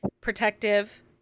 protective